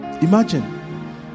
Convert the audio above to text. imagine